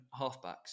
halfbacks